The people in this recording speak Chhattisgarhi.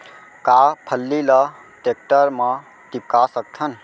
का फल्ली ल टेकटर म टिपका सकथन?